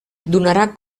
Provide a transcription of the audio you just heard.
donarà